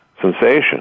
sensation